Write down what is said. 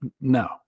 no